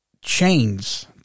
chains